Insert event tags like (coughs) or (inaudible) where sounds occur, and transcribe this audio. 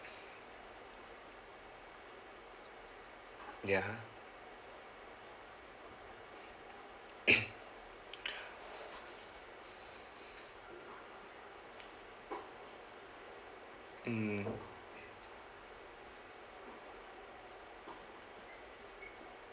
ya (coughs) mm